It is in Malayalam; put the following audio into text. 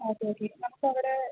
ഓക്കെ ഓക്കെ നമുക്ക് അവിടെ